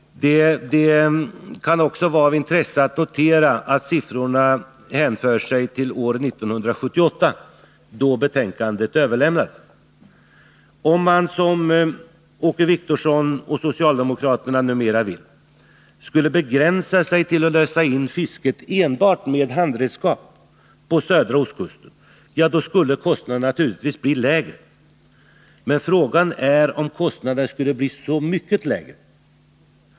Det kan också vara av intresse att notera att siffrorna hänför sig till år 1978, då betänkandet överlämnades. Om man, som Åke Wictorsson och socialdemokraterna numera vill, skulle begränsa sig till att lösa in enbart fisket med handredskap på södra ostkusten skulle kostnaderna naturligtvis bli lägre. Men frågan är om de skulle bli så mycket lägre.